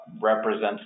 represents